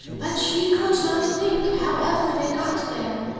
but she could not think how ever they got there.